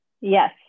Yes